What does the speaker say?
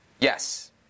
Yes